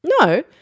No